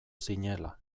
zinela